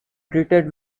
treated